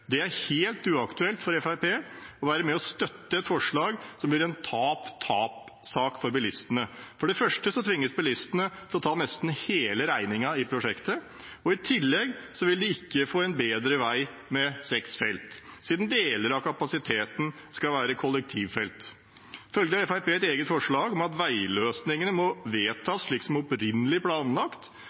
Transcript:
Det er helt uaktuelt for Fremskrittspartiet å være med og støtte et forslag som blir en tap–tap-sak for bilistene. For det første tvinges bilistene til å ta nesten hele regningen i prosjektet, og i tillegg vil de ikke få en bedre vei med seks felt siden deler av kapasiteten skal være kollektivfelt. Følgelig har Fremskrittspartiet et eget forslag om at veiløsningene må vedtas slik som opprinnelig planlagt.